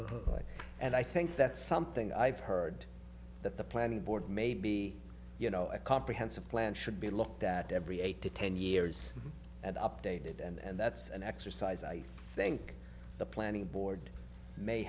it and i think that's something i've heard that the planning board maybe you know a comprehensive plan should be looked at every eight to ten years and updated and that's an exercise i think the planning board may